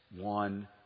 one